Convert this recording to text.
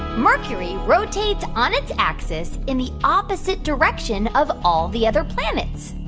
mercury rotates on its axis in the opposite direction of all the other planets?